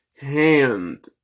Hand